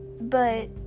but-